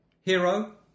hero